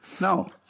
No